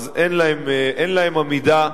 אין להם עמידה,